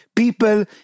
People